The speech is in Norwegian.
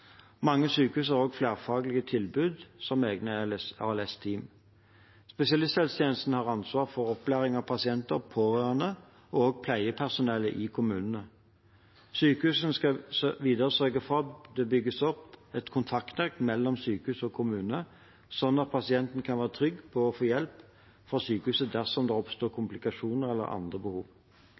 Mange sykehus har også flerfaglige tilbud, som egne ALS-team. Spesialisthelsetjenesten har ansvar for opplæring av pasienter, pårørende og pleiepersonale i kommunene. Sykehuset skal videre sørge for at det bygges opp et kontaktnett mellom sykehus og kommune, slik at pasienten kan være trygg på å få hjelp fra sykehuset dersom det oppstår komplikasjoner, eller ved andre behov.